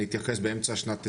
התייחס באמצע שנת 2021,